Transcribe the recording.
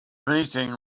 meeting